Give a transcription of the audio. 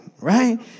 right